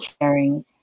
caring